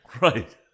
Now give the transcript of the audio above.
Right